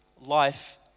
life